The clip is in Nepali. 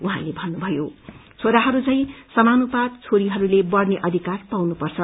उहाँले भन्नुभयो छोराहरू झैं समानुपात छोरीहरूले लढ़ने अधिकार पाउनुपर्छ